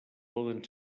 poden